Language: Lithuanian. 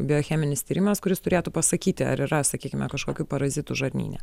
biocheminis tyrimas kuris turėtų pasakyti ar yra sakykime kažkokių parazitų žarnyne